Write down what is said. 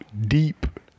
deep